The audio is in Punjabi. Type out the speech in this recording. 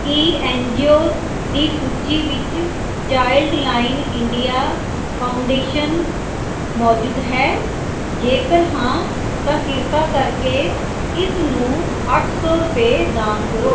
ਕੀ ਐਨਜੀਓਜ਼ ਦੀ ਸੂਚੀ ਵਿੱਚ ਚਾਈਲਡਲਾਈਨ ਇੰਡੀਆ ਫਾਊਂਡੇਸ਼ਨ ਮੌਜੂਦ ਹੈ ਜੇਕਰ ਹਾਂ ਤਾਂ ਕਿਰਪਾ ਕਰਕੇ ਇਸਨੂੰ ਅੱਠ ਸੌ ਰੁਪਏ ਦਾਨ ਕਰੋ